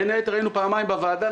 בין היתר היינו פעמיים בוועדה.